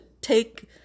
take